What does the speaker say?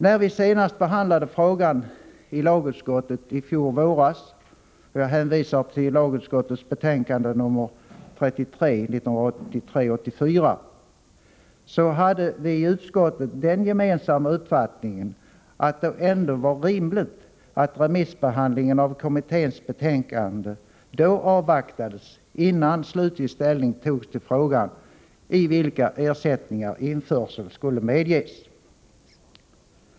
När vi senast behandlade frågan i lagutskottet i fjol våras — jag hänvisar till lagutskottets betänkande 1983/84:33 — hade vi i utskottet den gemensamma uppfattningen att det ändå var rimligt att remissbehandlingen av kommitténs betänkande då avvaktades innan slutlig ställning togs till frågan i vilka ersättningar införsel skulle medges.